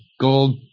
gold